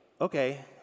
Okay